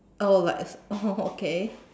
oh like it's oh okay